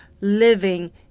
Living